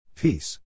Peace